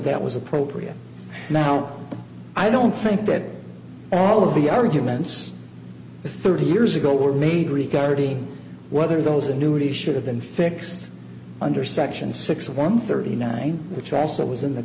that was appropriate now i don't think that all of the arguments for thirty years ago were made regarding whether those annuity should have been fixed under section six one thirty nine which also was in the